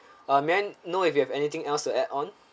uh may I know if you have anything else to add on